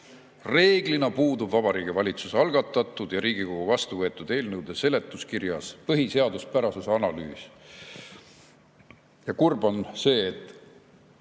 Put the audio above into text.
Reeglina puudub Vabariigi Valitsuse algatatud ja Riigikogu vastuvõetud eelnõude seletuskirjas põhiseaduspärasuse analüüs. Kurb on see, et